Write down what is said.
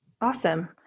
Awesome